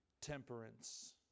temperance